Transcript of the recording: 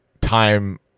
time